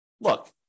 look